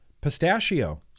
pistachio